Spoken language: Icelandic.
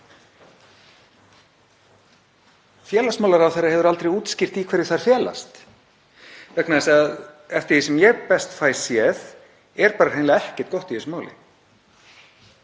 Félagsmálaráðherra hefur aldrei útskýrt í hverju þær felast vegna þess að eftir því sem ég best fæ séð er bara hreinlega ekkert gott í þessu máli.